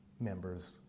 members